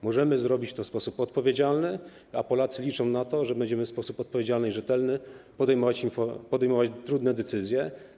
Możemy zrobić to w sposób odpowiedzialny, a Polacy liczą na to, że będziemy w sposób odpowiedzialny i rzetelny podejmować trudne decyzje.